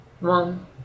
One